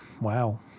Wow